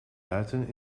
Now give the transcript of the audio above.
buiten